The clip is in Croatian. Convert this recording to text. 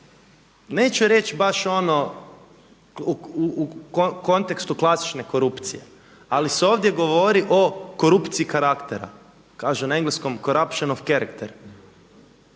neću reći baš ono u kontekstu klasične korupcije, ali se ovdje govori o korupciji karaktera, kaže na engleskom corruption of characters,